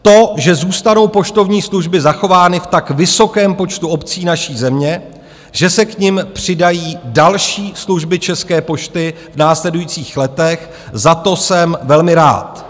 To, že zůstanou poštovní služby zachovány v tak vysokém počtu obcí naší země, že se k nim přidají další služby České pošty v následujících letech, za to jsem velmi rád.